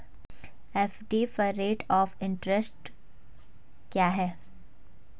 FD पर rate of interest क्या है?